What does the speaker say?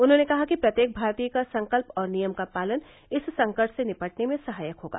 उन्होंने कहा कि प्रत्येक भारतीय का संकल्प और नियम का पालन इस संकट से निपटने में सहायक होगा